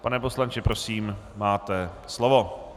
Pane poslanče, prosím, máte slovo.